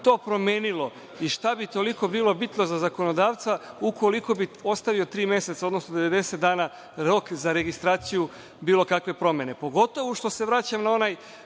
to promenilo i šta bi toliko bilo bitno za zakonodavca ukoliko bi ostavio tri meseca, odnosno 90 dana rok za registraciju bilo kakve promene, pogotovo što se vraćam na